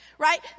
right